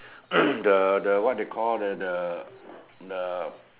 the the what they call the the the